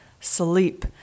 sleep